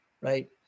right